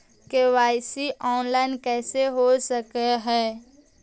KYC online कैसे हो सक है?